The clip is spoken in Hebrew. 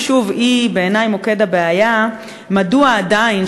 שבעיני היא מוקד הבעיה: מדוע עדיין,